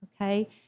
okay